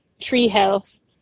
treehouse